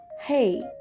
hey